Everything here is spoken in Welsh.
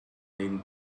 ein